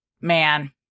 man